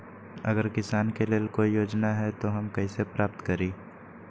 अगर किसान के लेल कोई योजना है त हम कईसे प्राप्त करी?